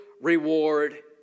reward